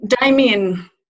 Damien